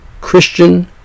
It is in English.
Christian